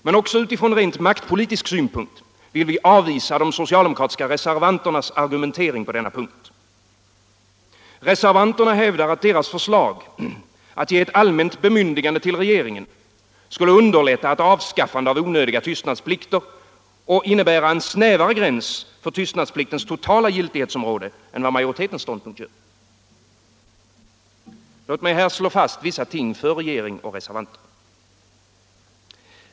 Men också från rent markpolitisk synpunkt vill vi avvisa de socialdemokratiska reservanternas argumentering på denna punkt. Reservanterna hävdar att deras förslag att ge ett allmänt bemyndigande till regeringen skulle underlätta ett avskaffande av onödiga tystnadsplikter och innebära en snävare gräns för tystnadspliktens totala giltighetsområde än vad majoritetens ståndpunkt gör. Låt mig här slå fast vissa ting för regering och reservanter.